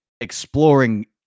exploring